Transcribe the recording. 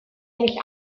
ennill